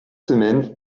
semaine